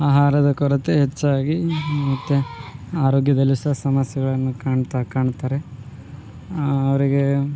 ಆಹಾರದ ಕೊರತೆ ಹೆಚ್ಚಾಗಿ ಮತ್ತೆ ಆರೋಗ್ಯದಲ್ಲಿ ಸ ಸಮಸ್ಯೆಗಳನ್ನು ಕಾಣ್ತಾ ಕಾಣ್ತಾರೆ ಅವರಿಗೆ